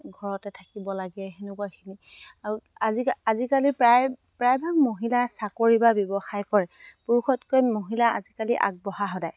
ঘৰতে থাকিব লাগে সেনেকুৱাখিনি আৰু আজিকালি প্ৰায় প্ৰায়ভাগ মহিলাই চাকৰি বা ব্যৱসায় কৰে পুৰুষতকৈ মহিলা আজিকালি আগবঢ়া সদায়